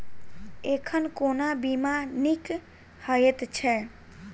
एखन कोना बीमा नीक हएत छै?